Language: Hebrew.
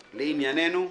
לענייננו.